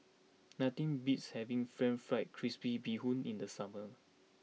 nothing beats having Pan Fried Crispy Bee Hoon in the summer